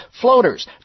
floaters